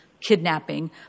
kidnapping